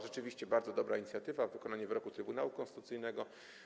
Rzeczywiście bardzo dobra inicjatywa - wykonanie wyroku Trybunału Konstytucyjnego.